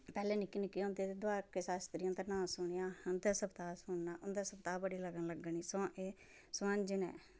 पैह्लैं निक्के निक्के होंदे ते दोआरकै शास्त्री होंदा नांऽ सुनेआ उंदा सवताह् सुनना उंदा सवताह् बड़ा बारी लग्गने सुहांजनें